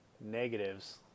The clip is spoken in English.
Negatives